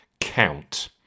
count